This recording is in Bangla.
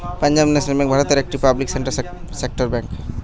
পাঞ্জাব ন্যাশনাল বেঙ্ক ভারতের একটি পাবলিক সেক্টর বেঙ্ক